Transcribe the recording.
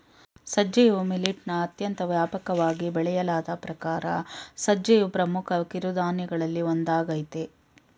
ಸಜ್ಜೆಯು ಮಿಲಿಟ್ನ ಅತ್ಯಂತ ವ್ಯಾಪಕವಾಗಿ ಬೆಳೆಯಲಾದ ಪ್ರಕಾರ ಸಜ್ಜೆಯು ಪ್ರಮುಖ ಕಿರುಧಾನ್ಯಗಳಲ್ಲಿ ಒಂದಾಗಯ್ತೆ